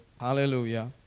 hallelujah